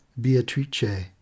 Beatrice